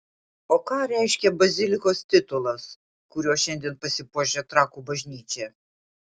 o ką reiškia bazilikos titulas kuriuo šiandien pasipuošia trakų bažnyčia